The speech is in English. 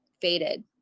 faded